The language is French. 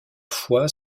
fois